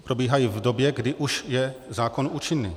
Probíhají v době, kdy už je zákon účinný.